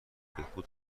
بهبود